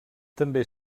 també